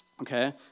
Okay